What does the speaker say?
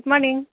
good morning